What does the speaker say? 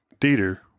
Dieter